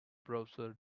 browser